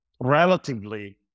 relatively